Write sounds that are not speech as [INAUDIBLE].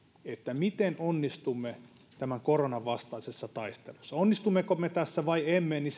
miten onnistumme tämän koronan vastaisessa taistelussa onnistummeko me tässä vai emme niin [UNINTELLIGIBLE]